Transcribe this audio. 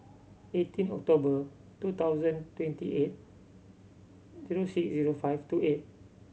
eighteen October two thousand twenty eight zero six zero five two eight